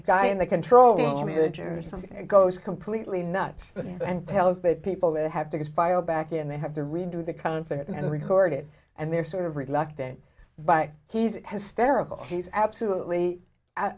guy in the control damage or something goes completely nuts and tells the people they have to fire back and they have to redo the concert and record it and they're sort of reluctant but he's hysterical he's absolutely